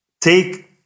take